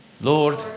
Lord